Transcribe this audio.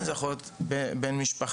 זה יכול להיות בן משפחה,